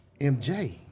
MJ